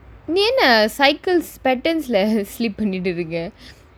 நீ என்ன:nee enna cycles pedals lah sleep பண்ணிக்கிட்டு இருக்கே:pannikkittu irukkae